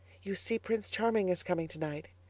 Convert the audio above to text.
you see, prince charming is coming tonight.